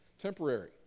temporary